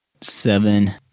seven